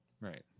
Right